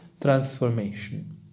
Transformation